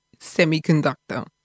semiconductor